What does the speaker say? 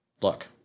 Look